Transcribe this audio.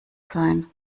sein